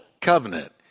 covenant